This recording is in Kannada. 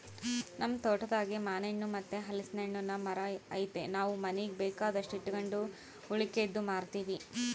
ನಮ್ ತೋಟದಾಗೇ ಮಾನೆಣ್ಣು ಮತ್ತೆ ಹಲಿಸ್ನೆಣ್ಣುನ್ ಮರ ಐತೆ ನಾವು ಮನೀಗ್ ಬೇಕಾದಷ್ಟು ಇಟಗಂಡು ಉಳಿಕೇದ್ದು ಮಾರ್ತೀವಿ